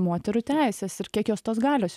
moterų teises ir kiek jos tos galios